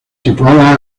situada